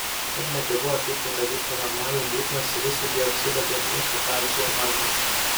kad medžiagų apykaita vyktų normaliai būtinas silicio dioksido derinys su kalciu ir magniu